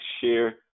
Share